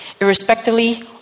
irrespectively